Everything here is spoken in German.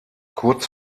kurz